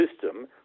system